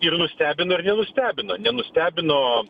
ir nustebino ir nenustebino nenustebino